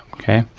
okay.